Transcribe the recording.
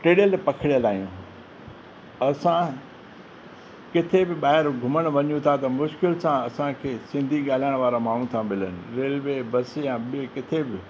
टिड़ियल पखिड़ियल आहियूं असां किथे बि ॿाहिरि घुमणु वञू था त मुश्किल सां असांखे सिंधी ॻाल्हाइण वारा माण्हू था मिलनि रेलवे बस या ॿिए किथे ॿि